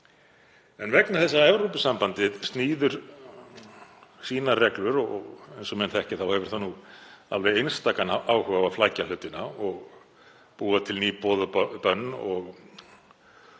Vegna þess að Evrópusambandið sníður sínar reglur — og eins og menn þekkja hefur það alveg einstakan áhuga á að flækja hlutina og búa til ný boð og bönn og